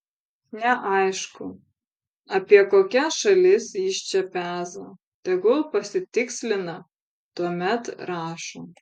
neaišku apie kokias šalis jis čia peza tegul pasitikslina tuomet rašo